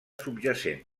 subjacent